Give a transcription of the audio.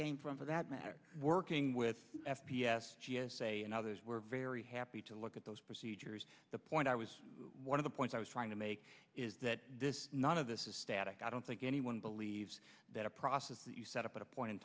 from for that matter working with f p s g s a and others were very happy to look at those procedures the point i was one of the points i was trying to make is that this none of this is static i don't think anyone believes that a process that you set up at a point in